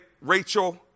Rachel